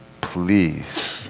please